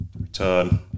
return